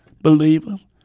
Believers